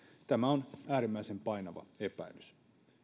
tämä on äärimmäisen painava epäilys